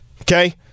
Okay